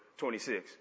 26